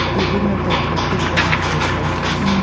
it wouldn't have been complete without those voices